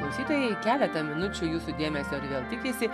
klausytojai keletą minučių jūsų dėmesio ir vėl tikisi